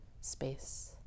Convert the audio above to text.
space